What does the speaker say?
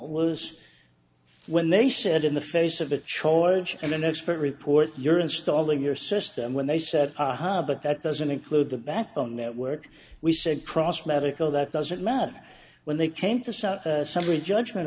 was when they said in the face of a chore age and an expert report you're installing your system when they said aha but that doesn't include the backbone network we said cross medical that doesn't matter when they came to sell summary judgment